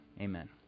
amen